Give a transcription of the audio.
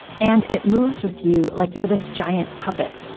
and it moves with you like you're this giant puppet.